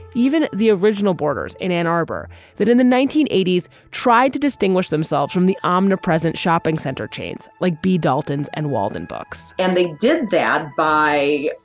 even the original borders in ann arbor that in the nineteen eighty s tried to distinguish themselves from the omnipresent shopping center chains like bea daltons and waldenbooks and they did that by